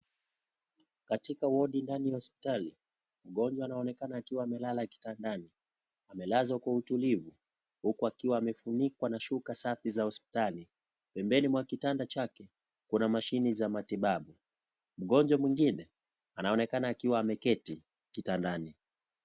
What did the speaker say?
Katika wodi ndani ya hospitali, mgonjwa anaonekana akiwa amelala kitandani, amelazwa kwa utulivu huku akiwa amefunikwa na shuka safi za hospitali, pembeni mwa kitanda chake kuna mashini za matibabu, mgonjwa mwingine anaonekana akiwa ameketi kitandani.